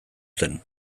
zen